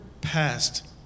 passed